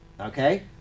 Okay